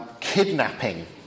kidnapping